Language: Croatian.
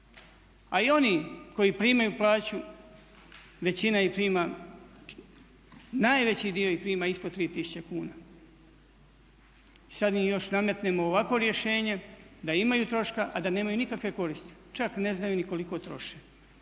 A i oni koji primaju plaću većina ih prima, najveći dio ih prima ispod 3 tisuće kuna. I sada im još nametnemo ovakvo rješenje da imaju troška a da nemaju nikakve koristi. Čak ne znaju ni koliko troše.